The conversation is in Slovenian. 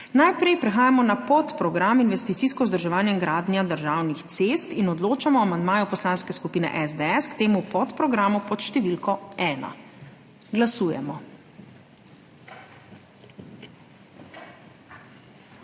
Najprej prehajamo na podprogram Investicijsko vzdrževanje in gradnja državnih cest in odločamo o amandmaju Poslanske skupine SDS k temu podprogramu pod številko 1. Glasujemo.